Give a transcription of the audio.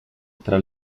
tra